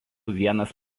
vienas